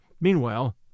Meanwhile